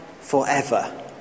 forever